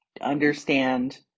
understand